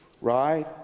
right